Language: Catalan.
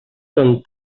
ton